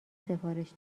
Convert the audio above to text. سفارش